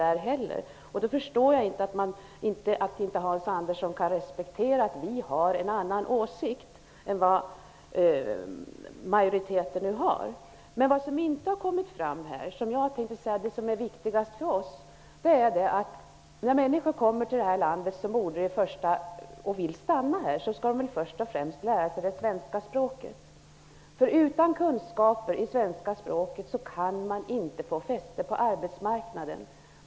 Därför förstår jag inte varför Hans Andersson inte kan respektera att vi har en annan åsikt än vad majoriteten har. Vad som inte har framkommit här, vilket är det viktigaste, är att människor när de kommer till vårt land och vill stanna här först och främst skall få lära sig svenska språket. Utan kunskaper i svenska språket kan man inte få fäste på arbetsmarknaden.